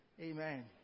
Amen